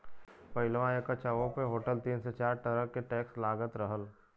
पहिलवा एक चाय्वो पे होटल तीन से चार तरह के टैक्स लगात रहल